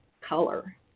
color